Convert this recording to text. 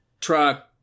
truck